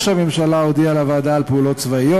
או שהממשלה הודיעה לוועדה על פעולות צבאיות